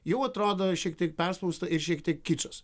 jau atrodo šiek tiek perspausta ir šiek tiek kičas